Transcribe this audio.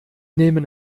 nehmen